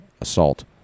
assault